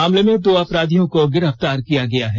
मामले में दो अपराधियों को गिरफ्तार किया गया है